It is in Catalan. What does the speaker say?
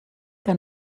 que